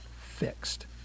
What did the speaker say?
fixed